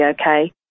okay